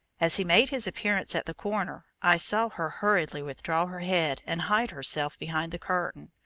as he made his appearance at the corner, i saw her hurriedly withdraw her head and hide herself behind the curtain,